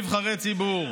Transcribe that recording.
של נבחרי ציבור,